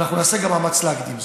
נעשה גם מאמץ להקדים זאת.